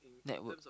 network